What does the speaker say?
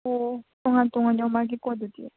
ꯑꯣ ꯇꯣꯉꯥꯟ ꯇꯣꯉꯥꯟ ꯌꯣꯝꯂꯛꯑꯒꯦꯀꯣ ꯑꯗꯨꯗꯤ